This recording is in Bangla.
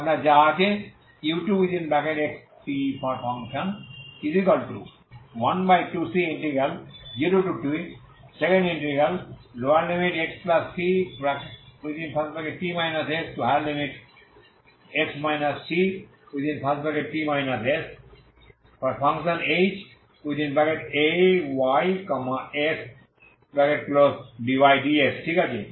তাই আপনার যা আছে u2xt12c0txcx chys dy ds ঠিক আছে